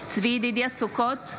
צבי ידידיה סוכות,